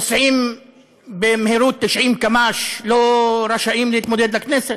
שנוסעים במהירות 90 קמ"ש לא רשאים להתמודד לכנסת?